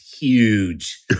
huge